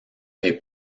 est